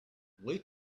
wait